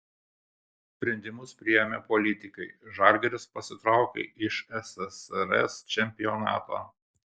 sprendimus priėmė politikai žalgiris pasitraukė iš ssrs čempionato